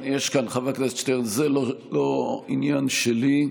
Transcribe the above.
חבר הכנסת שטרן, זה לא עניין שלי,